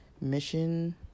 mission